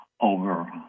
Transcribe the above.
over